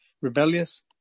Rebellious